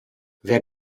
wer